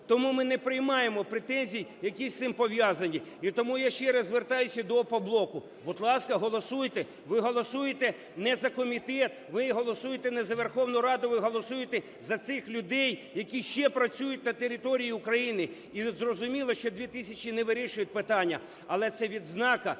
Тому ми не приймаємо претензій, які з цим пов'язані. І тому я ще раз звертаюся до "Опоблоку". Будь ласка, голосуйте. Ви голосуєте не за комітет, ви голосуєте не за Верховну Раду, ви голосуєте за цих людей, які ще працюють на території України. І зрозуміло, що 2 тисячі не вирішують питання, але це відзнака